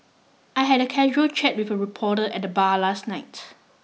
I had a casual chat with a reporter at the bar last night